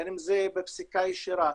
בין אם זה בפסיקה ישירה,